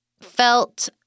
felt